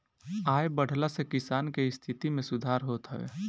आय बढ़ला से किसान के स्थिति में सुधार होत हवे